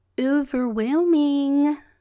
overwhelming